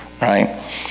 right